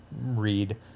read